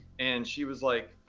and she was like,